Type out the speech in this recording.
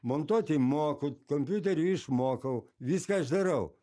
montuoti moku kompiuteriu išmokau viską aš darau